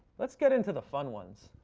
let's get into the fun ones.